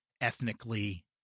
ethnically